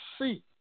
see